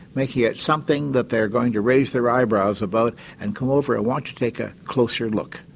making it something that they're going to raise their eyebrows about and come over and want to take a closer look.